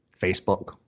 Facebook